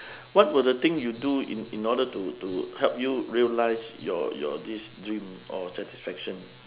what were the thing you do in in order to to help you realise your your this dream or satisfaction